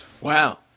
Wow